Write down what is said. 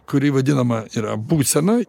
kuri vadinama yra būsena